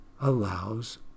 allows